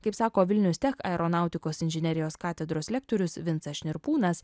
kaip sako vilnius tech aeronautikos inžinerijos katedros lektorius vincas šnirpūnas